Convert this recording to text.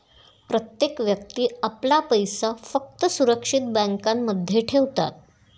प्रत्येक व्यक्ती आपला पैसा फक्त सुरक्षित बँकांमध्ये ठेवतात